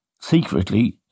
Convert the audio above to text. secretly